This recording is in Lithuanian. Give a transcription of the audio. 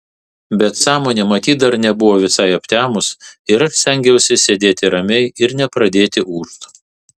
bet sąmonė matyt dar nebuvo visai aptemus ir aš stengiausi sėdėti ramiai ir nepradėti ūžt